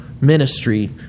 ministry